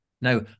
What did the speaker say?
Now